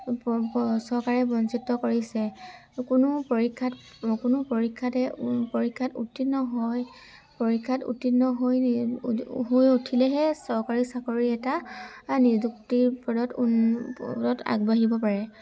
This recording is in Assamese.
চৰকাৰে বঞ্চিত কৰিছে কোনো পৰীক্ষাত কোনো পৰীক্ষাতে পৰীক্ষাত উত্তীৰ্ণ হৈ পৰীক্ষাত উত্তীৰ্ণ হৈ হৈ উঠিলেহে চৰকাৰী চাকৰি এটা নিযুক্তিৰ ওপৰত ওপৰত আগবাঢ়িব পাৰে